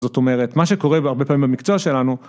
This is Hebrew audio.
זאת אומרת, מה שקורה הרבה פעמים במקצוע שלנו